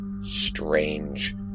strange